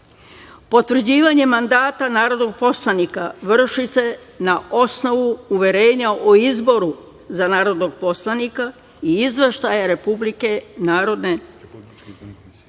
dan. Potvrđivanje mandata narodnog poslanika vrši se na osnovu uverenja o izboru za narodnog poslanika i izveštaja Republičke izborne